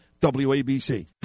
WABC